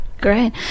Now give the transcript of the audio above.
Great